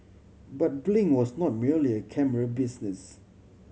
but Blink was not merely a camera business